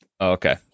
Okay